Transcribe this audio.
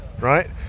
right